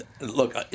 Look